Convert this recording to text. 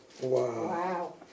Wow